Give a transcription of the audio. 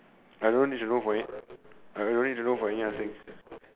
I don't know if you should go for it I really don't know for any other thing